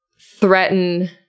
threaten